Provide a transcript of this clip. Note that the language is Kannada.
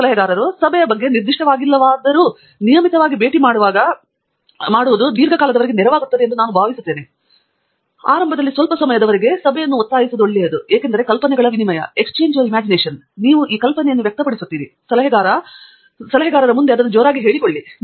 ನಿಮ್ಮ ಸಲಹೆಗಾರನು ಸಭೆಯ ಬಗ್ಗೆ ನಿರ್ದಿಷ್ಟವಾಗಿಲ್ಲದಿದ್ದರೂ ನಿಯಮಿತವಾಗಿ ಭೇಟಿ ಮಾಡಲು ಇದು ದೀರ್ಘಕಾಲದವರೆಗೆ ನೆರವಾಗುತ್ತದೆ ಎಂದು ನಾನು ಭಾವಿಸುತ್ತೇನೆ ಸ್ವಲ್ಪ ಸಮಯದವರೆಗೆ ಸಭೆಯನ್ನು ಒತ್ತಾಯಿಸುವುದು ಒಳ್ಳೆಯದು ಏಕೆಂದರೆ ಕಲ್ಪನೆಗಳ ವಿನಿಮಯ ನೀವು ಈ ಕಲ್ಪನೆಯನ್ನು ವ್ಯಕ್ತಪಡಿಸುತ್ತೀರಿ ಸಲಹೆಗಾರನ ಮುಂದೆ ಅದನ್ನು ಜೋರಾಗಿ ಹೇಳಿಕೊಳ್ಳಿ